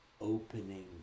opening